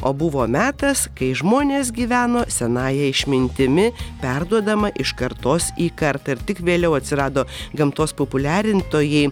o buvo metas kai žmonės gyveno senąja išmintimi perduodama iš kartos į kartą ir tik vėliau atsirado gamtos populiarintojai